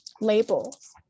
labels